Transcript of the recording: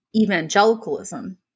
evangelicalism